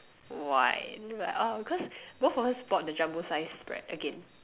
why and they be like oh because both of us bought the Jumbo size bread again